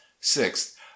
Sixth